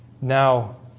Now